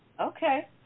Okay